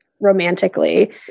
romantically